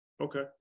Okay